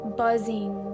buzzing